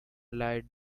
lied